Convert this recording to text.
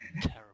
terrible